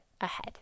ahead